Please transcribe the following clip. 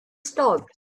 stopped